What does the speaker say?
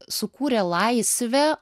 sukūrė laisvę